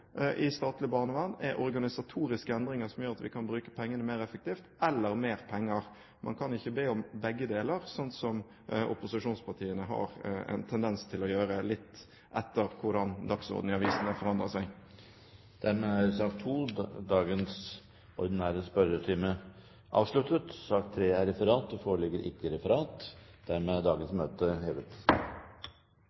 i det statlige barnevernet, er organisatoriske endringer som gjør at vi kan bruke pengene mer effektivt, eller mer penger. Man kan ikke be om begge deler, slik som opposisjonspartiene har en tendens til å gjøre, litt etter hvordan dagsordenen i avisene forandrer seg. Dermed er sak nr. 2, dagens ordinære spørretime, avsluttet. Det foreligger ikke noe referat. Dermed er dagens